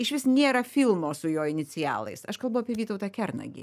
išvis nėra filmo su jo inicialais aš kalbu apie vytautą kernagį